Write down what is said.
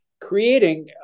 creating